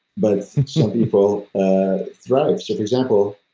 but some people ah thrive. so for example,